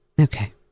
Okay